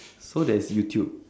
so there is youtube